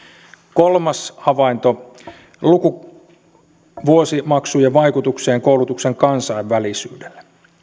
kolmas havainto lukuvuosimaksujen vaikutus koulutuksen kansainvälisyyteen